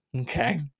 Okay